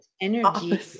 energy